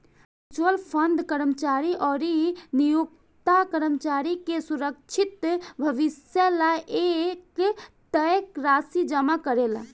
mutual fund कर्मचारी अउरी नियोक्ता कर्मचारी के सुरक्षित भविष्य ला एक तय राशि जमा करेला